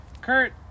Kurt